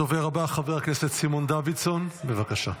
הדובר הבא, חבר הכנסת סימון דוידסון, בבקשה.